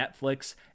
Netflix